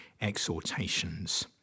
exhortations